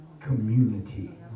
community